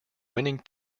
winning